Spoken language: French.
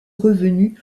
revenu